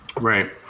right